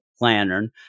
Lantern